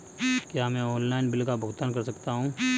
क्या मैं online bill का भुगतान कर सकता हूँ?